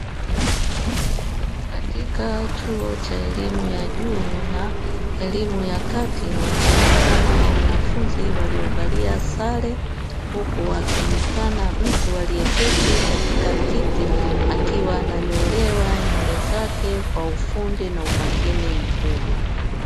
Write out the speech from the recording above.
Katika chuo cha elimu ya juu na elimu ya kati wakionekana wanafunzi waliovalia sare, huku akionekana mtu aliyeketi katika kiti akiwa ananyolewa nywele zake kwa ufundi na umakini mkubwa.